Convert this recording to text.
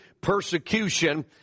persecution